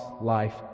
life